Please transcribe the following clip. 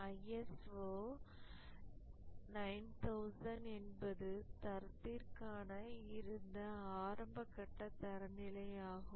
ISO 9000 என்பது தரத்திற்கான இருந்த ஆரம்பகட்ட தர நிலை ஆகும்